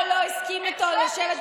אצלנו אין בוסים.